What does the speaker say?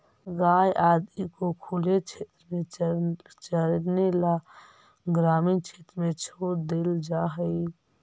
गाय आदि को खुले क्षेत्र में चरने ला ग्रामीण क्षेत्र में छोड़ देल जा हई